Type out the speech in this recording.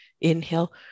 Inhale